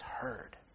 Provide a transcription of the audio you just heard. heard